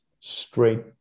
straight